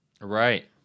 Right